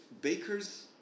bakers